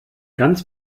ganz